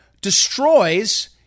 destroys